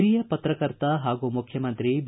ಹಿರಿಯ ಪತ್ರಕರ್ತ ಹಾಗೂ ಮುಖ್ಯಮಂತ್ರಿ ಬಿ